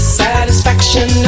satisfaction